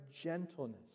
gentleness